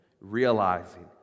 realizing